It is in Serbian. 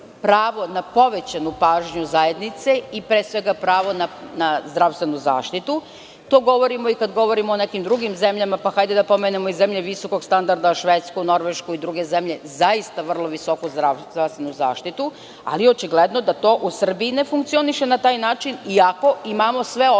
pravo na povećanu pažnjuzajednice i, pre svega, pravo na zdravstvenu zaštitu. To govorimo kada govorimo i o nekim drugim zemljama, pa hajde da pomenemo i zemlje visokog standarda: Švedsku, Norvešku i druge zemlje, zaista vrlo visoku zdravstvenu zaštitu, ali je očigledno da to u Srbiji ne funkcioniše na taj način, iako imamo sve osnove